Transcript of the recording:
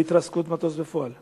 להתרסקות מטוס בפועל?